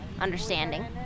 understanding